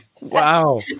Wow